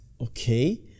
okay